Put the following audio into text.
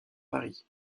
paris